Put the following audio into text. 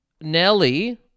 Nelly